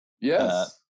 Yes